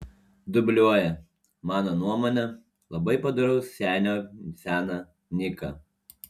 dubliuoja mano nuomone labai padoraus senio seną niką